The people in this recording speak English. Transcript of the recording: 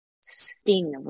sting